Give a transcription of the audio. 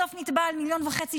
בסוף נתבע על 1.5 מיליון שקל,